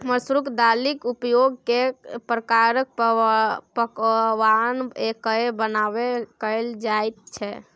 मसुरिक दालिक उपयोग कैक प्रकारक पकवान कए बनेबामे कएल जाइत छै